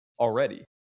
already